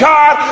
God